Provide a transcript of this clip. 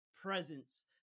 presence